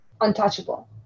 untouchable